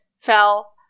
fell